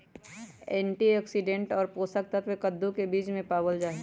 antioxidant और पोषक तत्व कद्दू के बीज में पावल जाहई